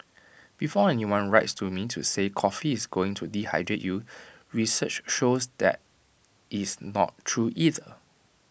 before anyone writes to me to say coffee is going to dehydrate you research shows that is not true either